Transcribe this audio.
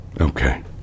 Okay